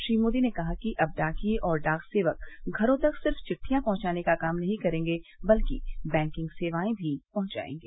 श्री मोदी ने कहा कि अब डाकिये और डाक सेवक घरों तक सिर्फ चिठियां पहुचाने का काम नहीं करेंगें बल्कि बैंकिंग सेवाएं भी पहुचाएंगे